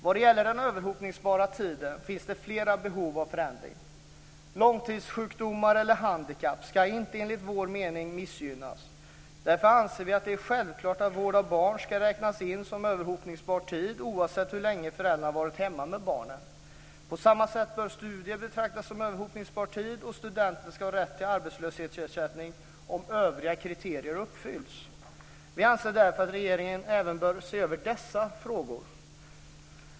Vad gäller den överhoppningsbara tiden finns det flera behov av förändring. Långtidssjukdomar eller handikapp ska inte enligt vår mening missgynna. Därför anser vi att det är självklart att vård av barn ska räknas in som överhoppningsbar tid oavsett hur länge föräldrarna har varit hemma med barnen. På samma sätt bör studier betraktas om överhoppningsbar tid, och studenten ska ha rätt till arbetslöshetsersättning om övriga kriterier uppfylls. Vi anser därför att regeringen även bör se över dessa frågor.